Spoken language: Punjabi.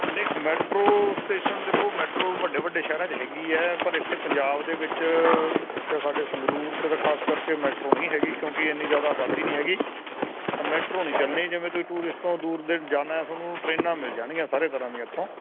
ਨਹੀਂ ਮੈਟਰੋ ਸਟੇਸ਼ਨ ਦੇਖੋ ਮੈਟਰੋ ਵੱਡੇ ਵੱਡੇ ਸ਼ਹਿਰਾਂ 'ਚ ਹੈਗੀ ਹੈ ਪਰ ਇੱਥੇ ਪੰਜਾਬ ਦੇ ਵਿੱਚ ਸਾਡੇ ਸੰਗਰੂਰ 'ਚ ਤਾਂ ਖਾਸ ਕਰਕੇ ਮੈਟਰੋ ਨਹੀਂ ਹੈਗੀ ਕਿਉਂਕਿ ਇੰਨੀ ਜ਼ਿਆਦਾ ਆਬਾਦੀ ਨਹੀਂ ਹੈਗੀ ਮੈਟਰੋ ਨਹੀਂ ਚੱਲਣੀ ਜਿਵੇਂ ਤੁਸੀਂ ਟੂਰਿਸਟ ਤੋਂ ਦੂਰ ਦੇਣ ਜਾਣਾ ਤੁਹਾਨੂੰ ਟ੍ਰੇਨਾਂ ਮਿਲ ਜਾਣਗੀਆਂ ਸਾਰੇ ਤਰ੍ਹਾਂ ਦੀਆਂ ਇੱਥੋਂ